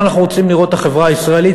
איפה אנחנו רוצים לראות את החברה הישראלית